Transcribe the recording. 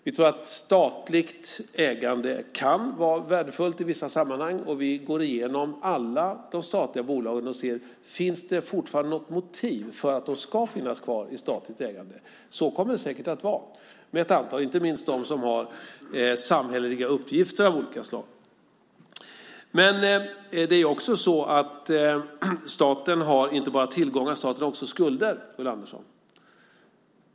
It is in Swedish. Vi tror att statligt ägande kan vara värdefullt i vissa sammanhang, och vi går igenom alla de statliga bolagen och ser om det fortfarande finns något motiv för att de ska finnas kvar i statligt ägande. Så kommer det säkert att vara med ett antal, inte minst med dem som har samhälleliga uppgifter av olika slag. Men det är också så att staten inte bara har tillgångar, staten har också skulder, Ulla Andersson.